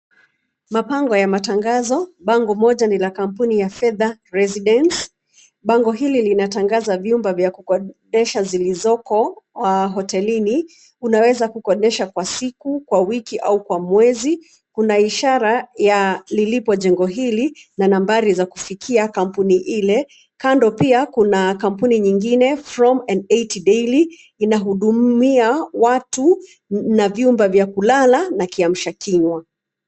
Mapambo ya matangazo, bango moja ni la kampuni ya fedha residence . Bango hili linatangaza vyumba vya kukodesha zilizoko hotelini. Unaweza kukodesha kwa siku, kwa wiki au kwa mwezi. Kuna ishara ya lilipo jengo hili na nambari za kufikia kampuni ile. Kando pia kuna kampuni nyingine from and 80 daily inahudumia watu na vyumba vya kulala na kiamsha kinywa.